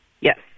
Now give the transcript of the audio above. Yes